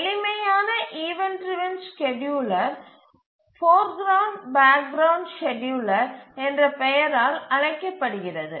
எளிமையான event driven scheduler foreground background scheduler என்ற பெயரால் அழைக்கப்படுகிறது